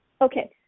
Okay